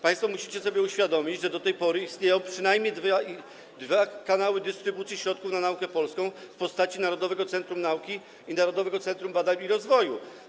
Państwo musicie sobie uświadomić, że w tej chwili istnieją przynajmniej dwa kanały dystrybucji środków na naukę polską w postaci Narodowego Centrum Nauki i Narodowego Centrum Badań i Rozwoju.